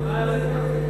חבר הכנסת